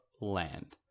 land